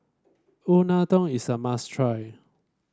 unadon is a must try